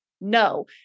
No